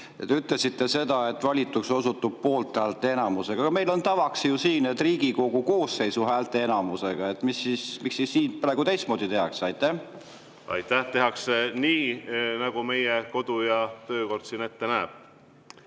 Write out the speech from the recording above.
ütlesite seda, et valituks osutub poolthäälte enamusega. Aga meil on ju tavaks siin, et Riigikogu koosseisu häälteenamusega. Miks siis praegu teistmoodi tehakse? Aitäh! Tehakse nii, nagu meie kodu‑ ja töökord ette näeb.